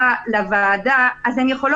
למשל